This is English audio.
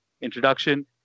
introduction